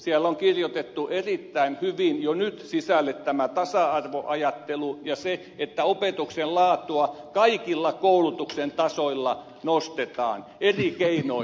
siellä on kirjoitettu erittäin hyvin jo nyt sisälle tämä tasa arvoajattelu ja se että opetuksen laatua kaikilla koulutuksen tasoilla nostetaan eri keinoin